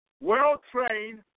well-trained